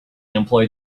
employed